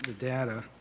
data.